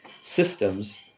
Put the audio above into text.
systems